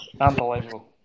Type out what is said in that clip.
unbelievable